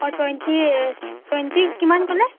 অঁ twenty twenty কিমান ক'লে